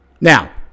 Now